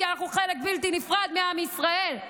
כי אנחנו חלק בלתי נפרד מעם ישראל,